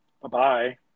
Bye-bye